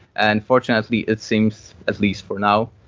and fortunately, it seems at least for now,